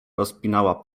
rozpinała